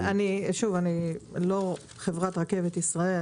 אני לא חברת רכבת ישראל,